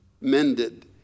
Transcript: mended